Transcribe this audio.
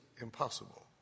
impossible